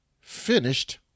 finished